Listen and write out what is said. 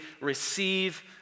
receive